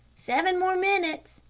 seven more minutes,